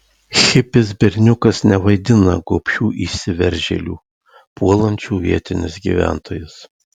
hipis berniukas nevaidina gobšių įsiveržėlių puolančių vietinius gyventojus